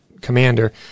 commander